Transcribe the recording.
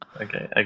Okay